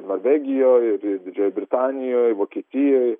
norvegijoj ir ir didžiojoj britanijoj ir vokietijoj